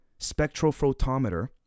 spectrophotometer